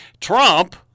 Trump